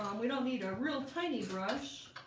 um we don't need a real tiny brush